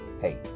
Hey